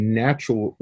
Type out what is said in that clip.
natural